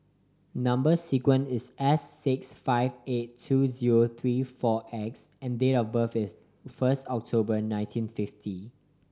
number sequence is S six five eight two zero three four X and date of birth is first October nineteen fifty